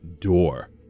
door